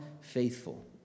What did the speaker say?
faithful